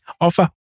offer